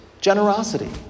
generosity